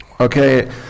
Okay